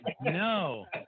no